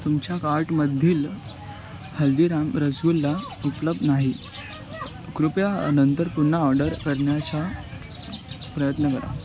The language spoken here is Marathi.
तुमच्या कार्टमधील हल्दीराम रसगुल्ला उपलब्ध नाही कृपया नंतर पुन्हा ऑर्डर करण्याचा प्रयत्न करा